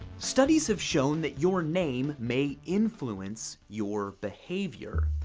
studies have shown that your name may influence your behavior.